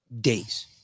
days